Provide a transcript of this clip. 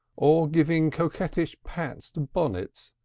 or giving coquettish pats to bonnets,